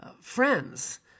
friends